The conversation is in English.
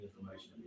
information